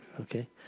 Okay